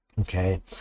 Okay